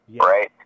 right